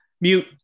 Mute